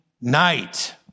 night